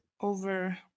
over